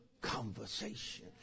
conversation